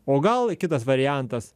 o gal kitas variantas